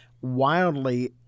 wildly